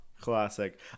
classic